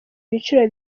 ibiciro